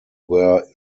were